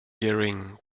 gehring